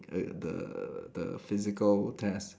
err the the physical test